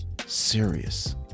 serious